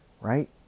right